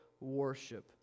worship